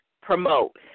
Promote